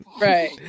Right